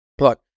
Look